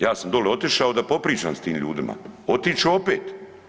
Ja sam doli otišao da popričam s tim ljudima, otiću opet.